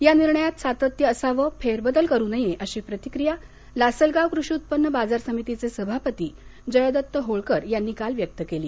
या निर्णयात सातत्य असावं फेरबदल करू नये अशी प्रतिक्रिया लासलगाव कृषी उत्पन्न बाजार समितीचे सभापती जयदत्त होळकर यांनी काल व्यक्त केली